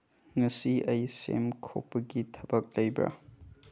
ꯉꯁꯤ ꯑꯩ ꯁꯦꯝ ꯈꯣꯛꯄꯒꯤ ꯊꯕꯛ ꯂꯩꯕ꯭ꯔꯥ